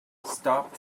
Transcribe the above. stop